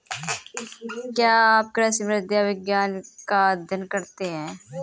क्या आप कृषि मृदा विज्ञान का अध्ययन करते हैं?